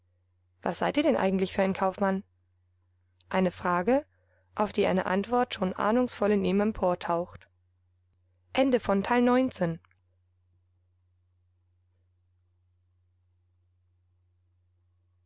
was seid ihr denn eigentlich für ein kaufmann eine frage auf die eine antwort schon ahnungsvoll in ihm emportaucht